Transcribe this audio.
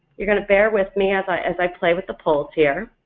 you're going to bear with me as i as i play with the polls here,